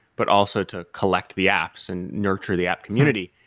but also to collect the apps and nurture the app community.